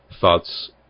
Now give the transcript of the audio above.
thoughts